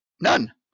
none